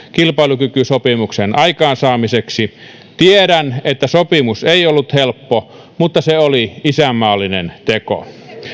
kilpailukykysopimuksen aikaansaamiseksi tiedän että sopimus ei ollut helppo mutta se oli isänmaallinen teko